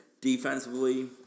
Defensively